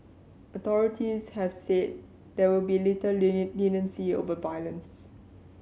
authorities have said there will be little leniency over violence